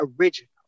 original